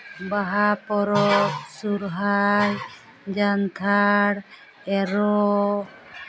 ᱵᱟᱦᱟ ᱯᱚᱨᱚᱵᱽ ᱥᱚᱨᱦᱟᱭ ᱡᱟᱱᱛᱷᱟᱲ ᱮᱨᱚᱜ